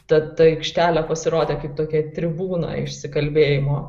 ta ta aikštelė pasirodė kaip tokia tribūna išsikalbėjimo